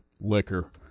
liquor